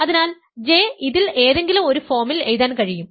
അതിനാൽ J ഇതിൽ ഏതെങ്കിലും ഒരു ഫോമിൽ എഴുതാൻ കഴിയും